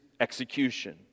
execution